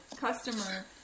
customer